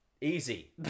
Easy